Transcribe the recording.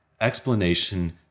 explanation